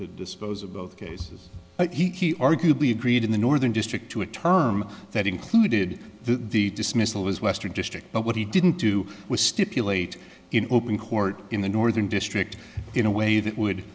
to dispose of both cases he arguably agreed in the northern district to a term that included the dismissal of his western district but what he didn't do was stipulate in open court in the northern district in a way that would